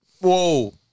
Whoa